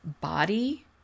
body